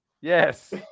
Yes